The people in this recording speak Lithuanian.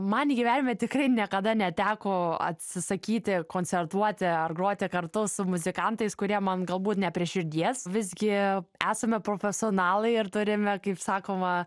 man gyvenime tikrai niekada neteko atsisakyti koncertuoti ar groti kartu su muzikantais kurie man galbūt ne prie širdies visgi esame profesionalai ir turime kaip sakoma